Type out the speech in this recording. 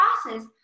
process